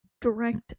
direct